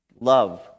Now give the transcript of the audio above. love